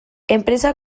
enpresa